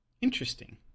Interesting